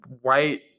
white